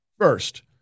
First